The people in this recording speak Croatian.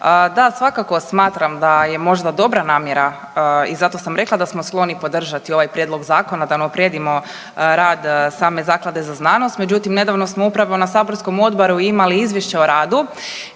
da, svakako smatram da je možda dobra namjera i zato sam rekla da smo skloni podržati ovaj prijedlog Zakona da unaprijedimo rad same Zaklade za znanost, međutim nedavno smo upravo na saborskom odboru imali izvješće o radu